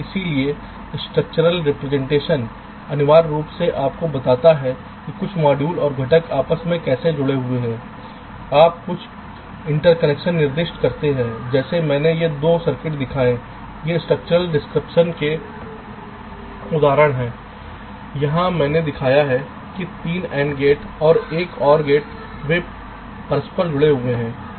इसलिए structural representation अनिवार्य रूप से आपको बताता है कि कुछ मॉड्यूल और घटक आपस में कैसे जुड़े हुए हैं आप कुछ इंटरकनेक्शन निर्दिष्ट करते हैं जैसे मैंने ये 2 सर्किट दिखाए हैं ये स्ट्रक्चरल डिस्क्रिप्श के उदाहरण हैं यहां मैंने दिखाया है कि 3 AND गेट हैं और 1 OR गेट वे परस्पर जुड़े होते हैं